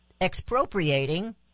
expropriating